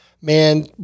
Man